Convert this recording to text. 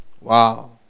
Wow